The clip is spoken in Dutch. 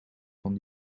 van